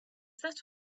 that